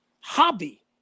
hobby